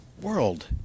world